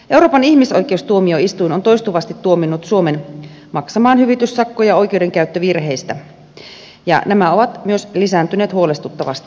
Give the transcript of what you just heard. euroopan ihmisoikeustuomioistuin on toistuvasti tuominnut suomen maksamaan hyvityssakkoja oikeudenkäyttövirheistä ja nämä ovat myös lisääntyneet huolestuttavasti